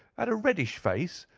had a reddish face,